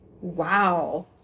Wow